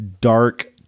dark